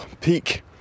peak